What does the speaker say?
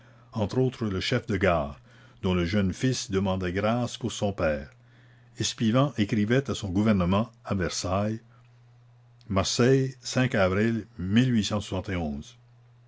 entre autres le chef de gare dont le jeune fils demandait grâce pour son père espivent écrivait à son gouvernement à ersailles arseille avril